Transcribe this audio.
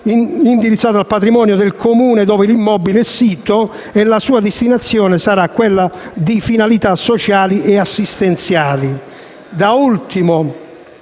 sanitaria al patrimonio del Comune dove l'immobile è sito e la sua destinazione per finalità sociali e assistenziali.